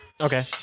Okay